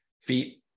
feet